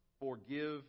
forgive